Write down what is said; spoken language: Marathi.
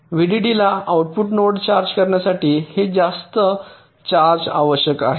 व्हीडीडीला आउटपुट नोड चार्ज करण्यासाठी हे जास्त चार्ज आवश्यक आहे